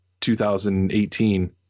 2018